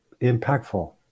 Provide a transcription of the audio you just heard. impactful